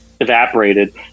evaporated